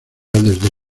desde